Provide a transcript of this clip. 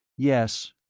yes.